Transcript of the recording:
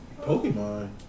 Pokemon